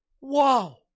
Wow